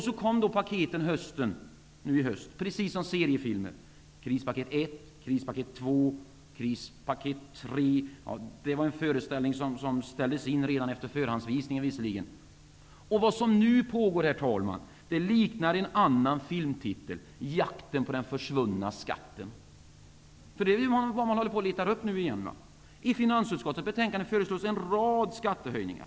Så kom då de olika krispaketen i höstas - det är precis som i seriefilmer: krispaket 1, krispaket 2 och krispaket 3 - det sista var en föreställning som visserligen ställdes in redan efter förhandsvisningen. Vad som nu pågår påminner om en filmtitel: Jakten på den försvunna skatten. Det är ju vad man nu håller på med. I finansutskottets betänkande föreslås en rad skattehöjningar.